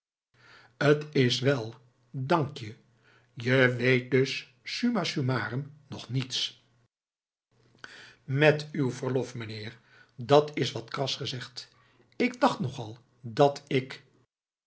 t is wel dank je je weet dus summa summarum nog niets met uw verlof meneer dat is wat kras gezegd ik dacht nogal dat ik